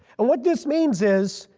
and what this means is,